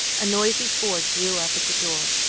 a noisy ford drew up at the door,